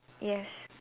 yes